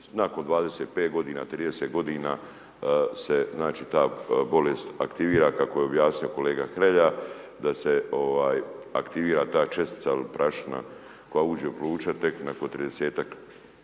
nakon 25 godina, 30 godina se ta bolest aktivira kako je objasnio kolega Hrelja da se aktivira ta čestica ili prašina koja uđe u pluća tek nakon 30-tak godina